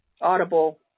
audible